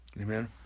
Amen